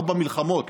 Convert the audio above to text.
ארבע מלחמות,